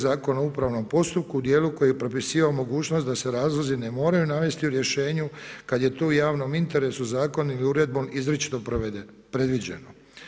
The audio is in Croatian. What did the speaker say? Zakona o upravnom postupku u dijelu koji je propisivao mogućnost da se razlozi ne moraju navesti u rješenju kada je to u javnom interesu zakonom ili uredbom izričito predviđeno.